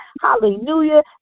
Hallelujah